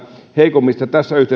heikommista tässä yhteiskunnassa